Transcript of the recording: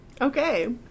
Okay